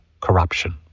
corruption